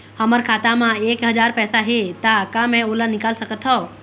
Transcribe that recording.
हमर खाता मा एक हजार पैसा हे ता का मैं ओला निकाल सकथव?